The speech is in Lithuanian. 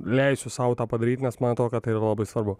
leisiu sau tą padaryt nes man atrodo kad tai yra labai svarbu